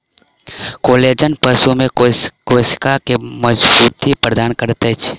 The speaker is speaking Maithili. कोलेजन पशु में कोशिका के मज़बूती प्रदान करैत अछि